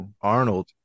Arnold